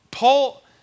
Paul